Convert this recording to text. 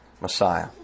Messiah